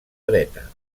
dreta